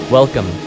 Welcome